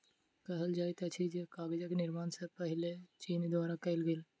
कहल जाइत अछि जे कागजक निर्माण सब सॅ पहिने चीन द्वारा कयल गेल